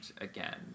again